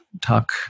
talk